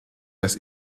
dass